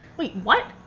wait, what?